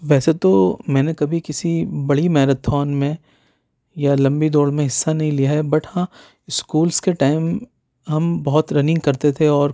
ویسے تو میں نے کبھی کسی بڑی میراتھن میں یا لمبی دوڑ میں حصہ نہیں لیا ہے بٹ ہاں اسکولس کے ٹائم ہم بہت رننگ کرتے تھے اور